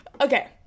Okay